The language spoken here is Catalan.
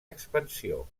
expansió